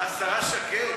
השרה שקד